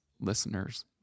listeners